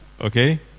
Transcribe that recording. Okay